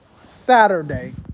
Saturday